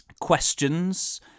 questions